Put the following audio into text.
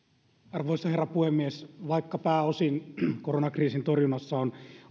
arvoisa herra puhemies vaikka pääosin koronakriisin torjunnassa on